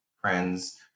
friends